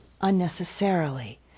unnecessarily